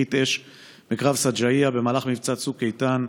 בתקרית אש בקרב שג'אעיה במהלך מבצע צוק איתן,